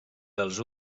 dels